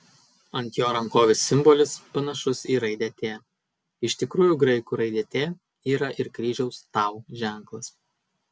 ant jo rankovės simbolis panašus į raidę t iš tikrųjų graikų raidė t yra ir kryžiaus tau ženklas